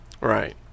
Right